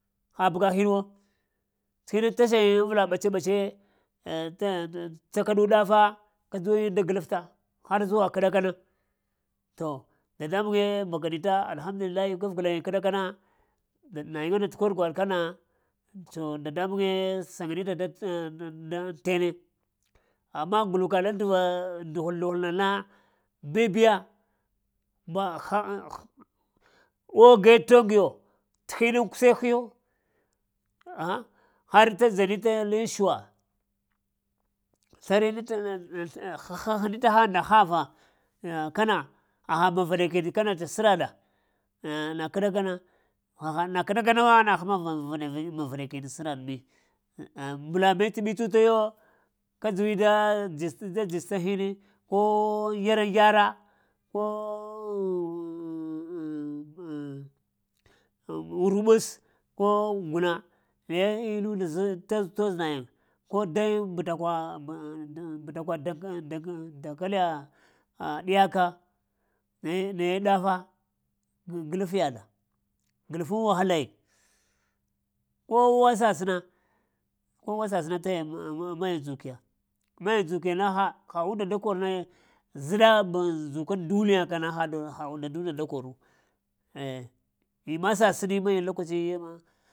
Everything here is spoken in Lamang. Ha buga hunwo, tun aŋ tashayin avla ɓace-bace tən takadu dafa kədzuwa yiŋ da glafta har zuwa kəɗakana. To dadabuŋwe tamakanita alhamdulillahi ahghaŋ nayin gaf glayiŋ kana ɗakana, nayinŋana tə kor gwaɗ kana. To dadambuŋwe saŋanita aŋ tene anima glu-ka ləŋ təva nduhul-nduhul na-na bibiya ɓa haŋ, oge tong-ngiyo, tə hinaŋ kusheh-hiyo ahaŋ ha tə dzanita suwa sləranita ŋ ina-h-ha hanita hən nda hava, ayya kəna haha mavɗekae tə səraɗa ah na kəɗakana haha na kəɗakana na həma mavɗeke-ma-vɗeken tə səraɗ mi, ah mblame t ɓitsutayo kədzuwi da-da-dz-dzista hini ko gyara-yara, ko rumus, ko guna naye innunda toz nayiŋ ko dayiŋ budakwa dakaliya ŋ-ŋ-ŋ ɗiyaka naye-naye dafa glaf yaɗa glaf aŋ wahalayiŋ, kowa sasəna kowa sasəna taya m-m-maya dzuk ya maya dzuk ya maya dzukiya na ha-ha unda da korna zəɗa maŋ dzukaŋ duniya kana ha-haɗu ha undun nda da koru eh imma saʃani maya lokaciya ma.